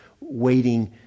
waiting